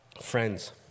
Friends